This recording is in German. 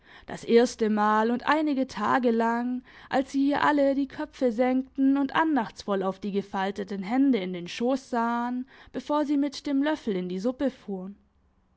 das erste mal und einige tage lang als sie hier alle die köpfe senkten und andachtsvoll auf die gefalteten hände in den schoss sahen bevor sie mit dem löffel in die suppe fuhren